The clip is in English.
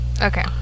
Okay